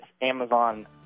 Amazon